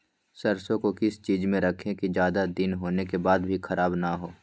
सरसो को किस चीज में रखे की ज्यादा दिन होने के बाद भी ख़राब ना हो?